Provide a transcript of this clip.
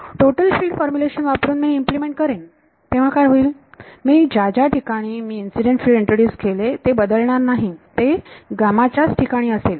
total field formulation वापरुन मी हे इम्प्लिमेंट करेन तेव्हा काय होईल जिथे मी ज्या ठिकाणी मी इन्सिडेंट फिल्ड इंट्रोड्युस केले ते बदलणार नाही ते या ठिकाणीच असेल